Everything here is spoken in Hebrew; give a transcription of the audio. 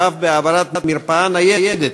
ואף בהעברת מרפאה ניידת,